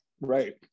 right